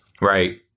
Right